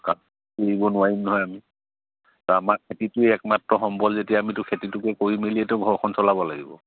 কা কৰিব নোৱাৰিম নহয় আমি ত' আমাৰ খেতিটোৱে একমাত্ৰ সম্বল যেতিয়া আমিতো খেতিটোকে কৰি মেলিয়েতো ঘৰখন চলাব লাগিব